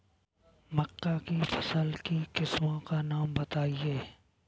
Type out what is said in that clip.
मक्का की फसल की किस्मों का नाम बताइये